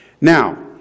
Now